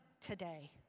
today